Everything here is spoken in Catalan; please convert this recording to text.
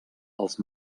els